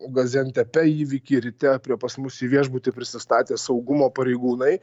gaziantepe įvykį ryte prie pas mus į viešbutį prisistatė saugumo pareigūnai